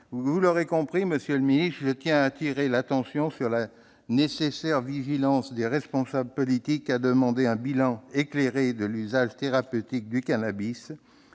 Vous l'aurez compris, monsieur le secrétaire d'État, je tiens à attirer l'attention sur la nécessaire vigilance des responsables politiques. Ces derniers doivent demander un bilan éclairé de l'usage thérapeutique du cannabis.